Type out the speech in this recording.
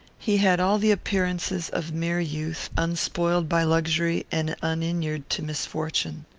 he had all the appearances of mere youth, unspoiled by luxury and uninured to misfortune.